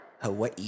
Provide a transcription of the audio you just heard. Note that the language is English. Hawaii